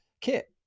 Kit